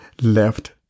left